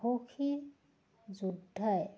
সাহসী যোদ্ধাই